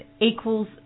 equals